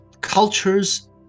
cultures